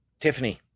Tiffany